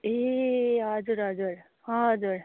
ए हजुर हजुर हजुर